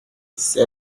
c’est